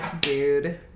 Dude